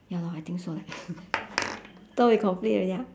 ya lor I think so leh so we complete already ah